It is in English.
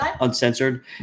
uncensored